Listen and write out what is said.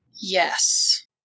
Yes